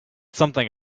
something